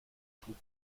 schlug